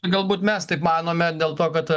galbūt mes taip manome dėl to kad